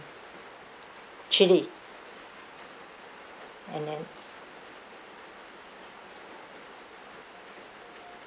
chili and then